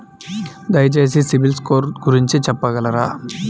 దయచేసి సిబిల్ స్కోర్ గురించి చెప్పగలరా?